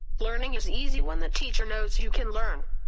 learning is easy when the teacher knows you can learn.